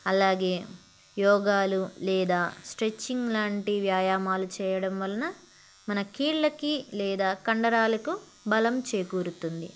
అలాగే యోగాలు లేదా స్ట్రెచ్చింగ్ లాంటి వ్యాయామాలు చేయడం వలన మన కీళ్ళకి లేదా కండరాలకు బలం చేకూరుతుంది